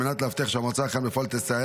על מנת להבטיח שהמועצה אכן בפועל תסייע